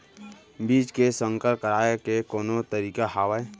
बीज के संकर कराय के कोनो तरीका हावय?